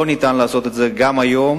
לא ניתן לעשות את זה גם היום